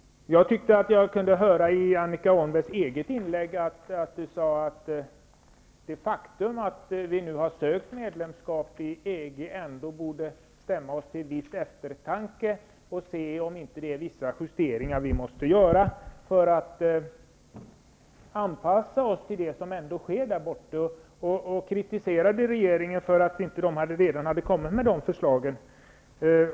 Jag tyckte mig höra att Annika Åhnberg i sitt inlägg sade att det faktum att vi nu har sökt medlemskap i EG borde stämma oss till viss eftertanke för att se om vissa justeringar måste göras om vi skall anpassa oss till det som sker där borta, och hon kritiserade regeringen för att den inte redan hade kommit med de förslagen.